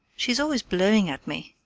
she's always blowing at me.